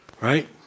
Right